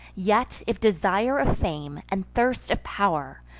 yet, if desire of fame, and thirst of pow'r,